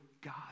God